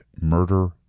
murder